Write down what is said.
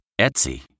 Etsy